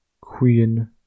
Queen